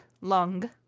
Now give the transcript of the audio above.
lung